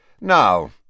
Now